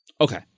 okay